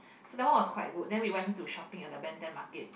so that was one good then went to shopping at the Ben Thanh Market